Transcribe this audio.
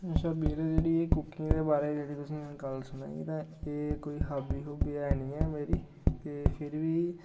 अच्छा बीर जेह्ड़ी एह् कुकिंग दे बारै च गल्ल जेह्ड़ी तुसेंगी मैं गल्ल सनाई तां एह् कोई हाबी हूबी ऐ नी ऐ मेरी ते फेर बी